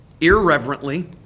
irreverently